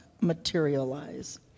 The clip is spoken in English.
materialize